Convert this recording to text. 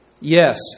Yes